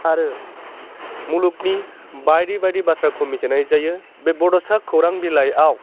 आरो मुलुगनि बायदि बायदि बाथ्राखौ मिथिनाय जायो बे बड'सा खौरां बिलाइआव